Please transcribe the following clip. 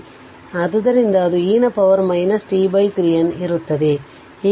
ಆದ್ದರಿಂದ ಅದು e ನ ಪವರ್ 2 t 3 n ಇರುತ್ತದೆ